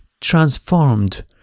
transformed